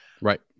right